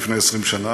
לפני 20 שנה,